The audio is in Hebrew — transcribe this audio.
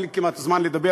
אין לי כמעט זמן לדבר,